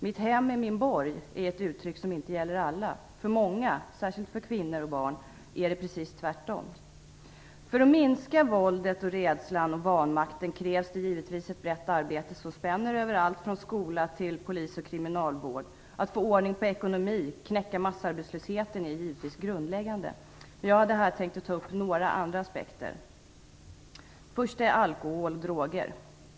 "Mitt hem är min borg" är ett uttryck som inte gäller alla. För många, särskilt kvinnor och barn, är det precis tvärtom. För att man skall kunna minska våldet, rädslan och vanmakten krävs det givetvis ett brett arbete som spänner över allt från skola till polis och kriminalvård. Att få ordning på ekonomin och knäcka massarbetslösheten är givetvis grundläggande, men jag hade tänkt ta upp några andra aspekter. Den första är alkohol och droger.